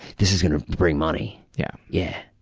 this is going to bring money. yeah, yeah.